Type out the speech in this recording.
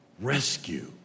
rescue